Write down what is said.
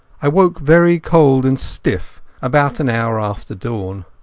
i woke very cold and stiff about an hour after dawn.